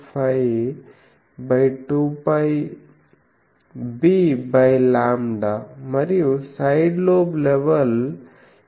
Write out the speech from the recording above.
52πbλ మరియు side lobe level 13